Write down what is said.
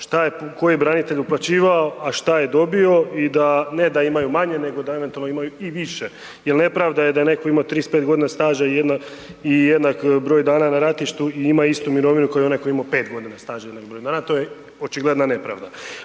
koji branitelj uplaćivao a šta je dobio i da ne da imaju manje nego da eventualno i više jer nepravda je da netko ima od 35 g. staža i jednak broj dana na ratištu i ima istu mirovinu kao i onaj koji je imao 5 godina staža i jednak broj dana, to je očigledna nepravda.